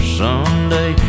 someday